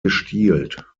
gestielt